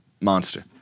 monster